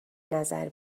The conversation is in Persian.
نظر